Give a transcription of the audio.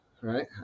right